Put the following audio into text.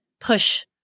push